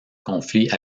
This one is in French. conflits